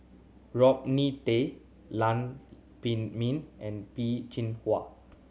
Rodney Tan Lam Pin Min and Peh Chin Hua